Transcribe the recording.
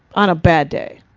on a bad day.